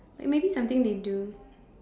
like maybe something they do